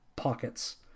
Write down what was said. pockets